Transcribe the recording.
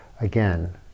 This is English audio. again